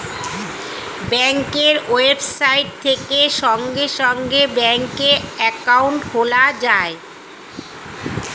ব্যাঙ্কের ওয়েবসাইট থেকে সঙ্গে সঙ্গে ব্যাঙ্কে অ্যাকাউন্ট খোলা যায়